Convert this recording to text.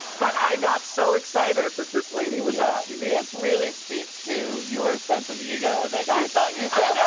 but i got so excited that this lady was on tv. this really speaks to your sense of ego that yeah you thought you saw. yeah